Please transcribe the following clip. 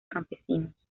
campesinos